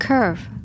Curve